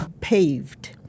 paved